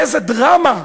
איזו דרמה.